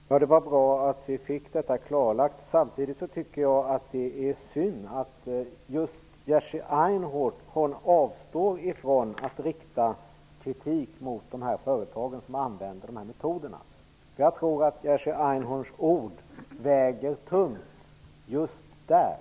Herr talman! Det är bra att vi har fått detta klarlagt. Men samtidigt tycker jag att det är synd att just Jerzy Einhorn avstår från att rikta kritik mot de företag som använder sig av nämnda metoder. Jag tror nämligen att Jerzy Einhorns ord väger tungt just där.